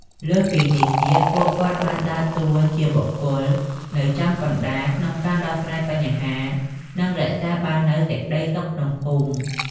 លើសពីនេះទៀត ពួកគាត់បានដើរតួជាបុគ្គលនៅចំកណ្តាលក្នុងការដោះស្រាយបញ្ហា និងរក្សាបាននូវសេចក្ដីសុខក្នុងភូមិ។